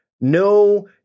no